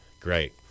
Great